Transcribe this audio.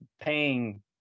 paying